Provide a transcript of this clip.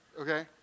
Okay